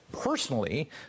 personally